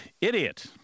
Idiot